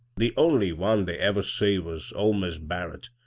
the only one they ever see was old mis' barrett,